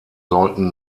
sollten